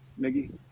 Miggy